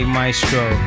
Maestro